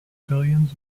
billions